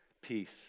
Peace